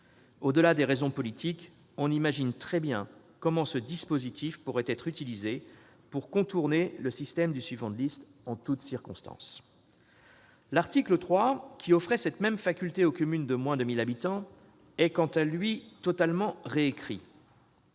Au-delà des raisons politiques, on imagine très bien comment ce dispositif pourrait être utilisé pour contourner le système du suivant de liste en toute circonstance ... L'article 3, qui offrait cette même faculté aux communes de moins de 1 000 habitants, est, quant à lui, totalement réécrit.